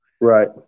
Right